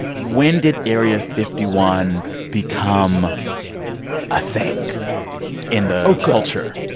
when did area fifty one become a thing in the culture.